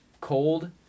cold